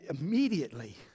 immediately